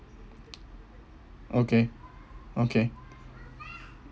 okay okay